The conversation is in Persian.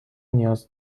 نیاز